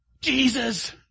Jesus